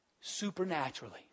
supernaturally